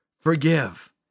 forgive